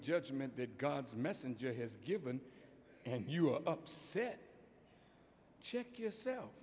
judgment that god's messenger has given and you upset check yourself